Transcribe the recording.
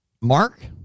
Mark